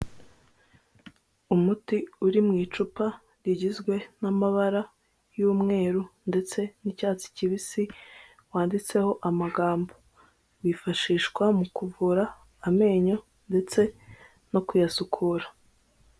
Umuti uri mu icupa rigizwe n'amabara y'umweru ndetse n'icyatsi kibisi, wanditseho amagambo. Wifashishwa mu kuvura amenyo ndetse no kuyasukura.